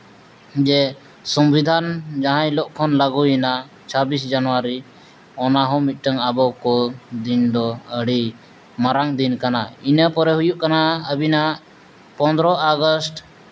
ᱡᱮ ᱥᱚᱝᱵᱤᱫᱷᱟᱱ ᱡᱟᱦᱟᱸ ᱦᱤᱞᱳᱜ ᱠᱷᱚᱱ ᱞᱟᱹᱜᱩᱭᱮᱱᱟ ᱪᱷᱟᱵᱤᱥ ᱡᱟᱹᱱᱩᱣᱟᱨᱤ ᱚᱱᱟᱦᱚᱸ ᱢᱤᱫᱴᱟᱱ ᱟᱵᱚᱠᱚ ᱫᱤᱱ ᱫᱚ ᱟᱹᱰᱤ ᱢᱟᱨᱟᱝ ᱫᱤᱱ ᱠᱟᱱᱟ ᱤᱱᱟᱹ ᱯᱚᱨᱮ ᱦᱩᱭᱩᱜ ᱠᱟᱱᱟ ᱟᱹᱵᱤᱱᱟᱜ ᱯᱚᱱᱮᱨᱚ ᱟᱜᱚᱥᱴ